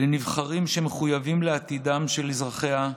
לנבחרים שמחויבים לעתידם של אזרחיה,